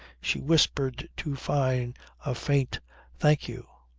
she whispered to fyne a faint thank you,